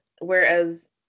Whereas